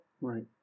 Right